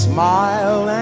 Smile